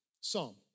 Psalm